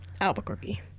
Albuquerque